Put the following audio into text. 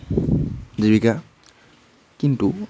জীৱিকা কিন্তু